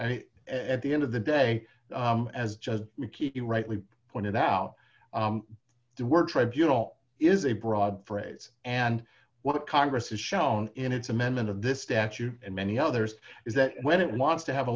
at the end of the day as judge mckee rightly pointed out the word tribunal is a broad phrase and what congress has shown in its amendment of this statue and many others is that when it wants to have a